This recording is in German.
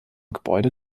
gebäude